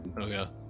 Okay